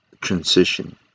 transition